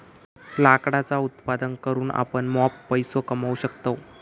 लाकडाचा उत्पादन करून आपण मॉप पैसो कमावू शकतव